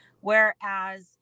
whereas